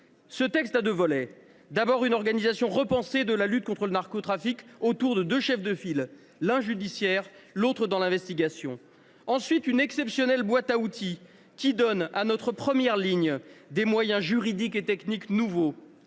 Ce texte comprend deux volets : d’abord, une organisation repensée de la lutte contre le narcotrafic autour de deux chefs de file, l’un judiciaire, l’autre dans l’investigation ; ensuite, une exceptionnelle boîte à outils, qui donne à notre première ligne des moyens juridiques et techniques nouveaux.